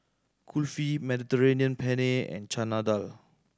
Kulfi Mediterranean Penne and Chana Dal